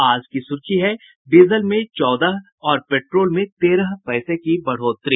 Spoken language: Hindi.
आज की सुर्खी है डीजल में में चौदह और पेट्रोल में तेरह पैसे की बढ़ोतरी